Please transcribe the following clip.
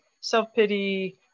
self-pity